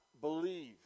believe